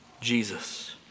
Jesus